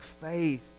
faith